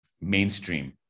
mainstream